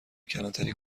کلانتری